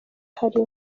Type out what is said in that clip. hari